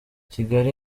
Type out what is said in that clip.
kigali